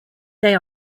they